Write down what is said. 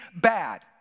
bad